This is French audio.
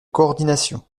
coordination